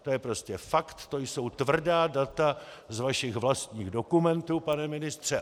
To je prostě fakt, to jsou tvrdá data z vašich vlastních dokumentů, pane ministře.